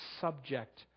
subject